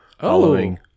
following